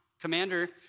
commander